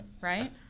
right